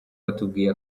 batubwiye